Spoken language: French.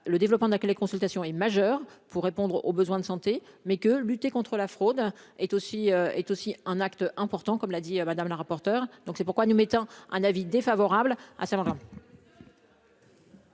le développement de la téléconsultation et majeur pour répondre aux besoins de santé mais que lutter contre la fraude est aussi est aussi un acte important, comme l'a dit à Madame, la rapporteure, donc, c'est pourquoi nous mettant un avis défavorable à sa maman.